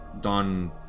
Don